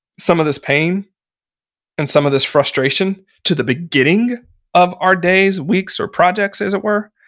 some of this pain and some of this frustration to the beginning of our days, weeks or projects, as it were,